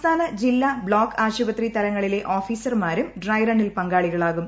സംസ്ഥാന ജില്ലാ ബ്ലോക്ക് ആശുപത്രി് തലങ്ങളിലെ ഓഫീസർമാരും ഡ്രൈറണ്ണിൽ പങ്കാളികളാകും